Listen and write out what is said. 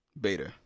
beta